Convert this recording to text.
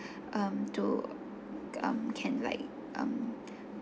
um to um can like um